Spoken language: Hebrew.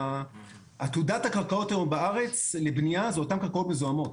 עתודת הקרקעות היום בארץ לבנייה זה אותן קרקעות מזוהמות.